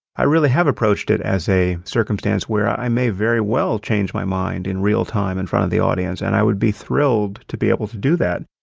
i really have approached it as a circumstance where i may very well change my mind in real time in front of the audience and i would be thrilled to be able to do that.